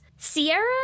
Sierra